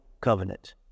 covenant